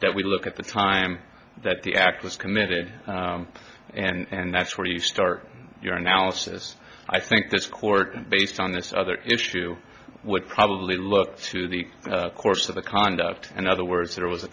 that we look at the time that the act was committed and that's where you start your analysis i think this court based on this other issue would probably look to the course of the conduct and other words there was a